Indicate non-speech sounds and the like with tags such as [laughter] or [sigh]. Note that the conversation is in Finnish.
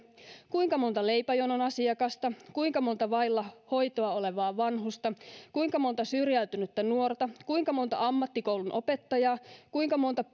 kuinka monta leipäjonon asiakasta kuinka monta vailla hoitoa olevaa vanhusta kuinka monta syrjäytynyttä nuorta kuinka monta ammattikoulun opettajaa kuinka monta [unintelligible]